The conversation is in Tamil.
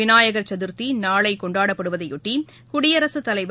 விநாயகர் ச துர்த்தி நாளை கொண்டாடப்படுவதையொட்டி குடியரசுத் தலைவர்